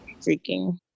freaking